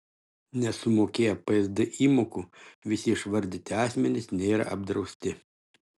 nesumokėję psd įmokų visi išvardyti asmenys nėra apdrausti